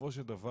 בסופו של דבר,